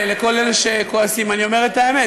לכל אלה שכועסים אני אומר את האמת,